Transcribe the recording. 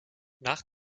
nach